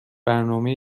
برنامه